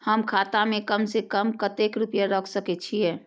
हम खाता में कम से कम कतेक रुपया रख सके छिए?